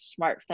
smartphone